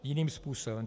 Jiným způsobem.